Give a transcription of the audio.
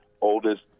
oldest